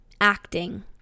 acting